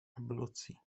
ablucji